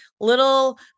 little